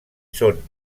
són